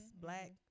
black